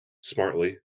smartly